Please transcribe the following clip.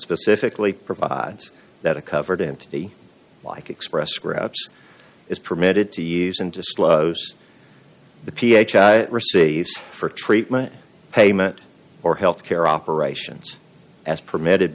specifically provides that a covered entity like express scripts is permitted to use and disclose the ph received for treatment payment or health care operations as permitted